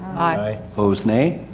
aye. opposed, nay.